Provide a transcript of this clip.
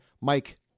Mike